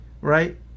right